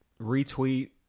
retweet